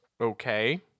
Okay